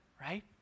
right